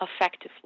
effectively